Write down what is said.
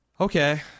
Okay